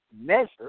measure